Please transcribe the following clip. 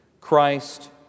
Christ